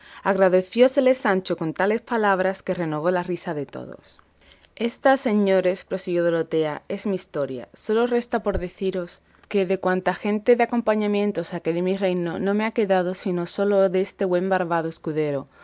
y gozar agradecióselo sancho con tales palabras que renovó la risa en todos ésta señores prosiguió dorotea es mi historia sólo resta por deciros que de cuanta gente de acompañamiento saqué de mi reino no me ha quedado sino sólo este buen barbado escudero